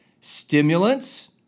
stimulants